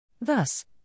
Thus